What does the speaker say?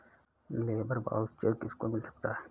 Labour voucher किसको मिल सकता है?